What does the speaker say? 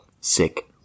sick